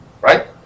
right